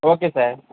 okay sir